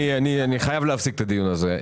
אני חייב להפסיק את הדיון הזה.